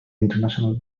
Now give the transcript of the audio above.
international